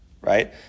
Right